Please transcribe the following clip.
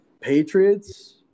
Patriots